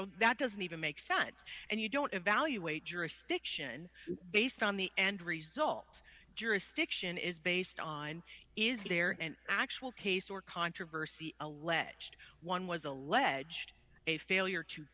know that doesn't even make sense and you don't evaluate jurisdiction based on the end result jurisdiction is based on is there an actual case or controversy alleged one was alleged a failure to